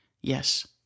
Yes